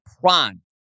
prime